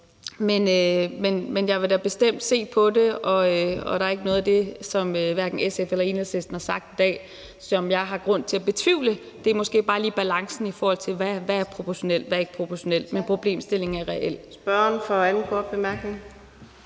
Men jeg vil da bestemt se på det, og der er ikke noget af det, som hverken SF eller Enhedslisten har sagt i dag, som jeg har grund til at betvivle. Det er måske bare lige balancen, i forhold til hvad proportionerne er, men problemstillingen er reel.